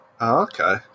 Okay